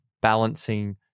balancing